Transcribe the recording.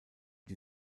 die